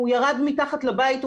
'הוא ירד מתחת לבית',